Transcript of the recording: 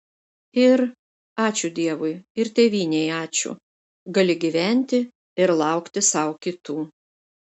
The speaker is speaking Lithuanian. ir ačiū dievui ir tėvynei ačiū gali gyventi ir laukti sau kitų